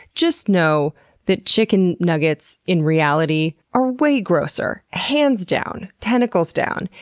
just know that chicken nuggets, in reality, are way grosser, hands down, tentacles down.